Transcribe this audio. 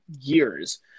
years